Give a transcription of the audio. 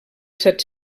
set